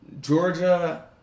Georgia